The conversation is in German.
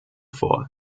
vor